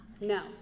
No